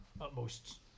utmost